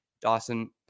Dawson